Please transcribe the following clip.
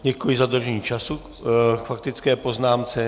Děkuji za dodržení času k faktické poznámce.